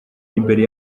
imbere